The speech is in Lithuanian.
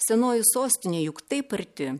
senoji sostinė juk taip arti